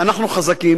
אנחנו חזקים.